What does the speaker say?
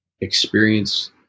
experience